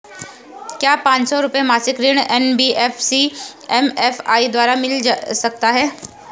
क्या पांच सौ रुपए मासिक ऋण एन.बी.एफ.सी एम.एफ.आई द्वारा मिल सकता है?